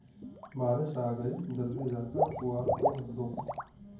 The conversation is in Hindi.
बारिश आ गई जल्दी जाकर पुआल को ढक दो